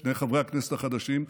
שני חברי הכנסת החדשים,